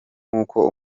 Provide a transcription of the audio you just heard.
nk’uko